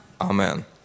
Amen